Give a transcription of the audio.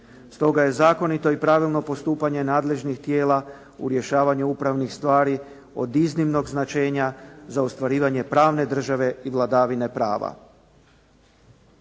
Stoga je zakonito i pravilno postupanje nadležnih tijela u rješavanju upravnih stvari od iznimnog značenja za ostvarivanje pravne države i vladavine prava.